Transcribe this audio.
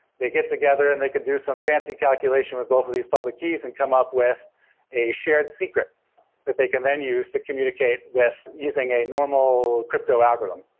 they get together and they can do some fancy calculation with both of these public keys and come up with a shared secret that they can then use to communicate with using a normal crypto algorithm.